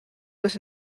was